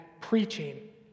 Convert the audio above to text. preaching